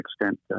extent